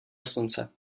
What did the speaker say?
slunce